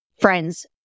friends